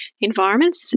environments